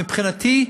מבחינתי,